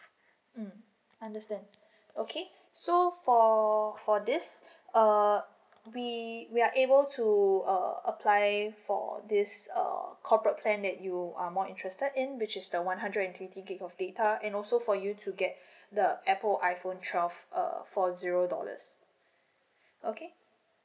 mm understand okay so for for this uh we we are able to uh apply for this uh or corporate plan that you are more interested in which is the one hundred twenty gig of data and also for you to get the uh apple iphone twelve uh for zero dollars okay